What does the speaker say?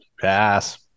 Pass